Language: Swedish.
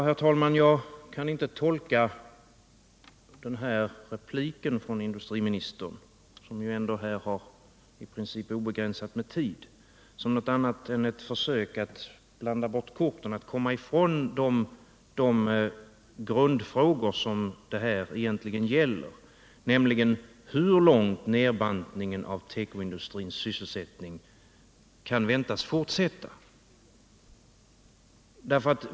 Herr talman! Jag kan inte tolka repliken från industriministern, som ju ändå i princip har obegränsad tid, som något annat än ett försök att blanda bort korten och komma ifrån de grundfrågor som det egentligen gäller, nämligen hur långt nedbantningen av tekoindustrins sysselsättning kan väntas fortsätta.